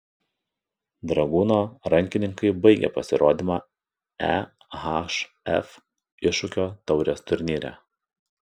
dragūno rankininkai baigė pasirodymą ehf iššūkio taurės turnyre